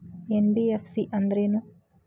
NBFC ಅಂದ್ರೇನು?